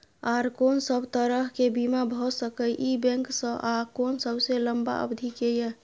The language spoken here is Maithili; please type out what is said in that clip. आर कोन सब तरह के बीमा भ सके इ बैंक स आ कोन सबसे लंबा अवधि के ये?